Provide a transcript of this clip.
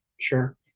sure